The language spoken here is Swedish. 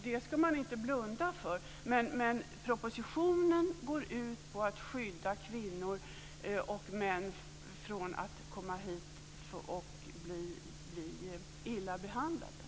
Det ska man inte blunda för. Men propositionen går ut på att skydda kvinnor och män från att komma hit och bli illa behandlade.